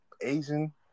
Asian